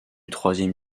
troisième